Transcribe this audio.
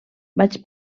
vaig